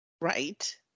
Right